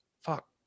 Fuck